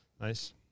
Nice